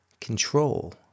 Control